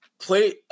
play